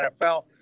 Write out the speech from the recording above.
NFL